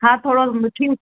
हा थोरो मिठी